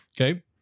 okay